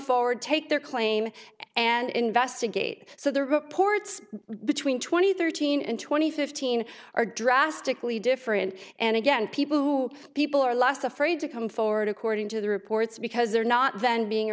forward take their claim and investigate so the reports between twenty thirteen and twenty fifteen are drastically different and again people who people are last afraid to come forward according to the reports because they are not then being